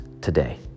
today